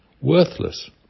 worthless